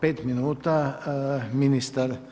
5 minuta, ministar